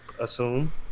assume